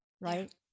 Right